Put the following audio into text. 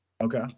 Okay